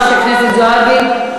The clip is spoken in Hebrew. חברת הכנסת זועבי.